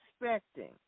expecting